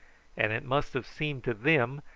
and it must have seemed to then?